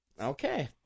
Okay